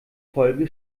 folge